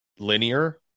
linear